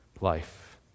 life